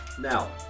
Now